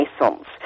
renaissance